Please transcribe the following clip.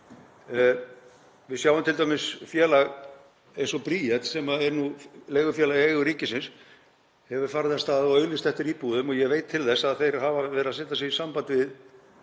Við sjáum t.d. að félag eins og Bríet, sem er leigufélag í eigu ríkisins, hefur farið af stað og auglýst eftir íbúðum og ég veit til þess að það hefur sett sig í samband við